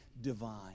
divine